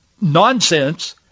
nonsense